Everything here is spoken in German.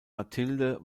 mathilde